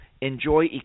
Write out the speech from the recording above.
enjoy